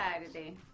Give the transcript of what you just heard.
Saturday